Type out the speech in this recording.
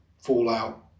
fallout